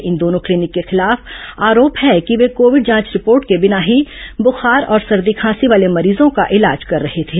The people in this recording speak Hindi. इन दोनों क्लीनिक के खिलाफ आरोप है कि वे कोविड जांच रिपोर्ट के बिना ही बुखार और सर्दी खांसी वाले मरीजों का इलाज कर रहे थे